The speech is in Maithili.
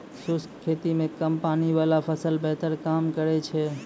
शुष्क खेती मे कम पानी वाला फसल बेहतर काम करै छै